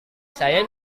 saya